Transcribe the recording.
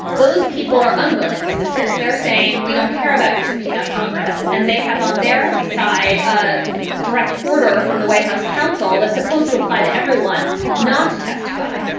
those people are unwilling witnesses they're saying we don't care about your subpoena congress and they have on their side a direct order from the white house counsel that's supposed to apply to everyone not to testify.